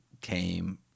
came